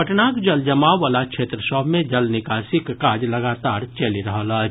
पटनाक जलजमाव वला क्षेत्र सभ मे जल निकासीक काज लगातार चलि रहल अछि